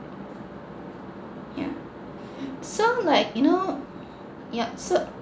yeah so like you know yup so